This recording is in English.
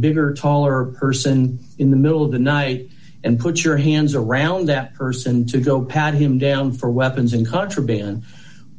bigger taller person in the middle of the night and put your hands around that person to go pat him down for weapons and contraband